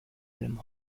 allem